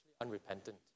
unrepentant